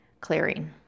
clearing